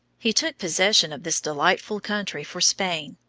he took possession of this delightful country for spain,